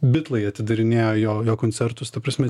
bitlai atidarinėjo jo jo koncertus ta prasme